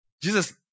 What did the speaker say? Jesus